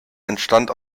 entstand